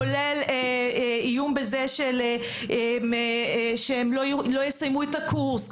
כולל איום בזה שהם לא יסיימו את הקורס,